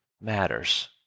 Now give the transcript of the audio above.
matters